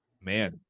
man